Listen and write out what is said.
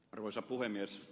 arvoisa puhemies